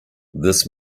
this